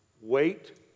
Wait